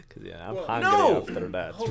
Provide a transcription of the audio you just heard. No